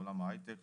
לעולם ההיי טק,